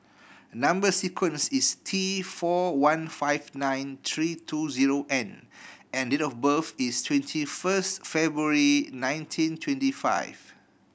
number sequence is T four one five nine three two zero N and date of birth is twenty first February nineteen twenty five